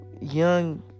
young